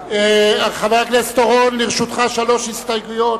חבר הכנסת חיים אורון, לרשותך שלוש הסתייגויות.